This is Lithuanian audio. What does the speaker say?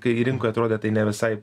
kai rinkoj atrodė tai ne visai